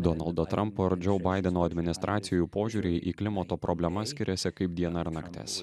donaldo trampo ir džou baideno administracijų požiūriai į klimato problemas skiriasi kaip diena ir naktis